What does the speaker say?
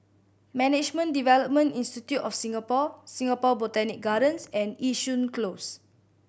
Management Development Institute of Singapore Singapore Botanic Gardens and Yishun Close